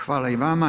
Hvala i vama.